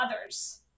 others